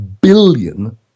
billion